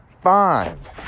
five